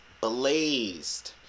blazed